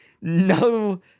no